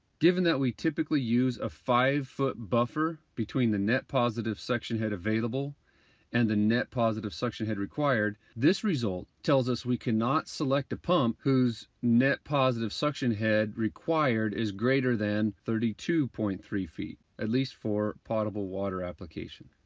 given that we typically use a five foot buffer between the net positive suction head available and the net positive suction head required, this result tells us that we cannot select a pump who's net positive suction head required is greater than thirty two point three feet at least for potable water applications.